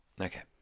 Okay